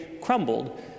crumbled